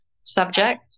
subject